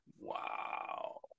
Wow